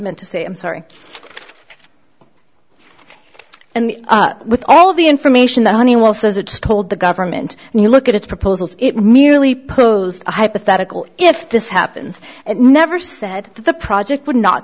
meant to say i'm sorry and with all of the information that honeywell says it has told the government and you look at its proposals it merely posed a hypothetical if this happens it never said that the project would not